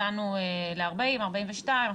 הגענו ל-42,000-40,000,